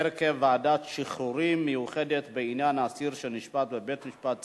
(הרכב ועדת שחרורים מיוחדת בעניין אסיר שנשפט בבית-משפט צבאי),